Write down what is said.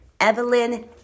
Evelyn